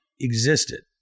existed